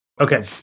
Okay